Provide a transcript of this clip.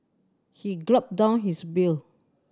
he gulped down his beer